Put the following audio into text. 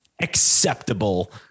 acceptable